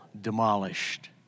demolished